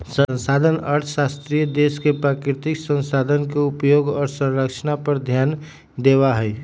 संसाधन अर्थशास्त्री देश के प्राकृतिक संसाधन के उपयोग और संरक्षण पर ध्यान देवा हई